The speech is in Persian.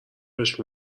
بهش